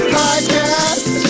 podcast